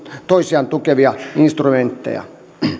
toisiaan tukevia instrumentteja